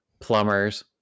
plumbers